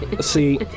See